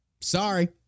sorry